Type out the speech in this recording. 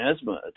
asthma